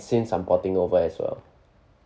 since I'm porting over as well